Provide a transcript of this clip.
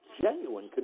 genuine